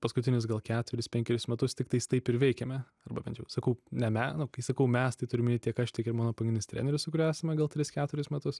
paskutinius gal ketverius penkerius metus tiktais taip ir veikėme arba bent jau sakau ne me no kai sakau mes tai turiu omeny tiek aš tiek ir mano pagrindinis treneris su kuriuo esame gal tris keturis metus